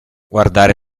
guardare